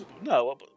No